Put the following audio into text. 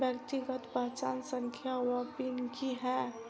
व्यक्तिगत पहचान संख्या वा पिन की है?